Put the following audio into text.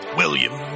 william